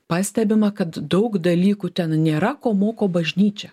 pastebima kad daug dalykų ten nėra ko moko bažnyčia